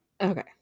okay